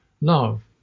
love